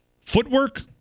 footwork